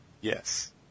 Yes